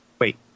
wait